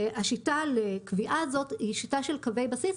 השיטה לקביעה הזאת היא שיטה של קווי בסיס,